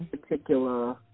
particular